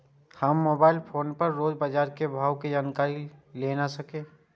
हम mobile phone पर रोज बाजार के भाव के जानकारी केना ले सकलिये?